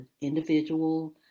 individual